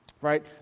right